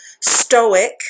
stoic